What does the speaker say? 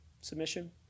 submission